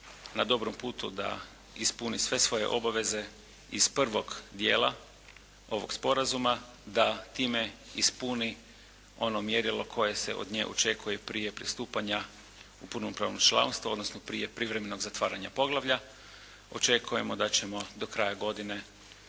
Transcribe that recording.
na dobrom putu da ispuni sve svoje obaveze iz prvog dijela ovog sporazuma da time ispuni ono mjerilo koje se od nje očekuje i prije pristupanja u punopravno članstvo odnosno prije privremenog zatvaranja poglavlja. Očekujemo da ćemo do kraja godine